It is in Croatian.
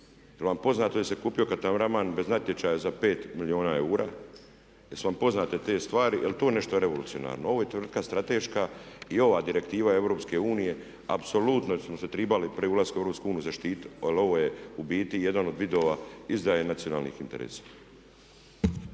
Jel' vam poznato da se kupio katamaran bez natječaja za 5 milijuna eura? Jesu vam poznate te stvari? Jel' to nešto revolucionarno. Ovo je tvrtka strateška i ova direktiva EU apsolutno smo se tribali prije ulaska u EU zaštititi, jer ovo je u biti jedan od vidova izdaje nacionalnih interesa.